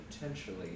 potentially